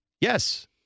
Yes